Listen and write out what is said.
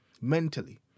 mentally